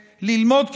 ללמוד,